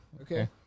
Okay